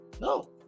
No